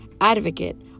advocate